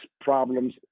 problems